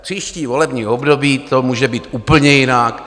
Příští volební období to může být úplně jinak.